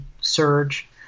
Surge